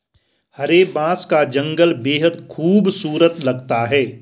हरे बांस का जंगल बेहद खूबसूरत लगता है